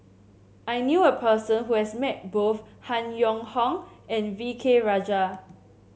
I knew a person who has met both Han Yong Hong and V K Rajah